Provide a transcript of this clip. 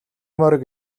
морь